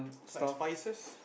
like spices